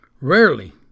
Rarely